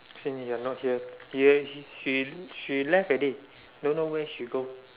since you're not here you have she she she left already don't know where she go